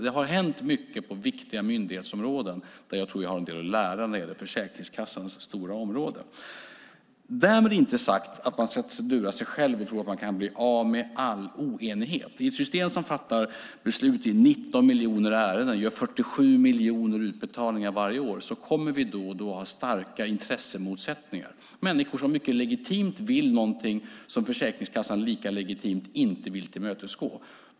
Det har hänt mycket på viktiga myndighetsområden där jag tror att vi har en del att lära när det gäller Försäkringskassans stora område. Därmed är det inte sagt att man kan lura sig själv och tro att man kan bli av med all oenighet. I ett system som fattar beslut i 19 miljoner ärenden och gör 47 miljoner utbetalningar varje år kommer vi då och då att ha starka intressemotsättningar. Det handlar om människor som mycket legitimt vill något som Försäkringskassan lika legitimt inte vill tillmötesgå.